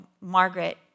Margaret